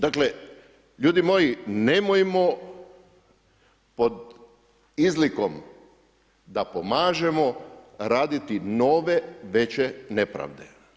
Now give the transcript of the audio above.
Dakle ljudi moji nemojmo pod izlikom da pomažemo raditi nove, veće nepravde.